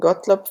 גוטלוב פרגה,